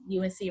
UNC